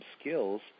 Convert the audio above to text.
skills